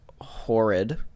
horrid